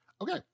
okay